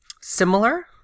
similar